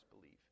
believe